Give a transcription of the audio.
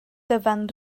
dyfan